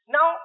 Now